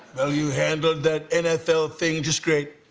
you handle that in a phil thing. just great.